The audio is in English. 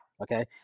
okay